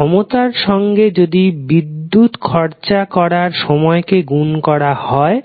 ক্ষমতার সঙ্গে যদি বিদ্যুৎ খরচা করার সময়কে গুন করা হয়